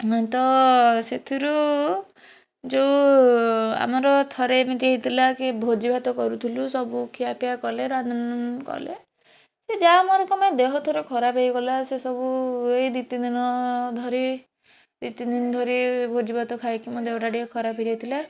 ମୁଁ ତ ସେଥିରୁ ଯେଉଁ ଆମର ଥରେ ଏମିତି ହେଇଥିଲା କି ଭୋଜି ଭାତ କରୁଥିଲୁ ସବୁ ଖିଆ ପିଆ କଲେ କଲେ ସେ ଯାହା ମୋର ଦେହ ଥରେ ଖରାପ ହେଇଗଲା ସେ ସବୁ ଏଇ ଦୁଇ ତିନି ଦିନ ଧରି ଦୁଇ ତିନି ଧରି ଭୋଜି ଭାତ ଖାଇକି ମୋ ଦେହ ଟା ଟିକେ ଖରାପ ହେଇଯାଇଥିଲା